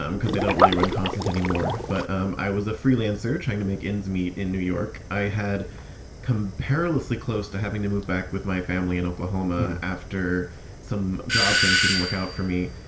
um because they don't really run constant anymore. but um i was a freelancer trying to make ends meet in new york. i had come perilously close to having to move back with my family in oklahoma after some job. things didn't work out for me.